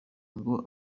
ngo